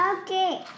Okay